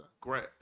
Great